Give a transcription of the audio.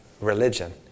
religion